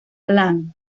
lang